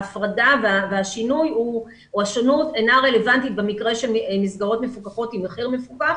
ההפרדה והשונות אינה רלוונטית במקרה של מסגרות מפוקחות עם מחיר מפוקח.